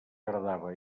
agradava